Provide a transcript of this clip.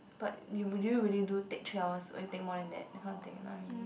but you would you would you do take three hours or you take more than that kind of thing you know what I mean